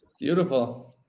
Beautiful